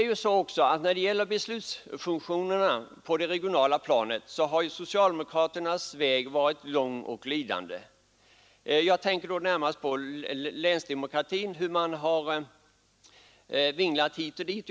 När det gäller beslutsfunktionerna på det regionala planet har socialdemokraternas väg varit lång och slingrig. Närmast tänker jag på länsdemokratin och hur man vinglat hit och dit.